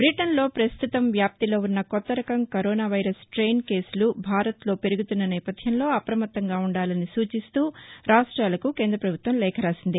Britain లో ప్రస్తుతం వ్యాప్తిలో ఉన్న కొత్తరకం కరోనా వైరస్ స్టెయిన్ కేసులు భారత్ లో పెరుగుతున్న నేపథ్యంలో అప్రమత్తంగా ఉండాలని సూచిస్తూ రాష్ట్రాలకు కేంద్ర ప్రభుత్వం లేఖ రాసింది